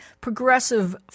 progressive